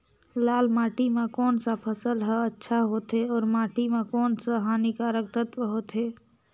लाल माटी मां कोन सा फसल ह अच्छा होथे अउर माटी म कोन कोन स हानिकारक तत्व होथे?